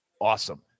awesome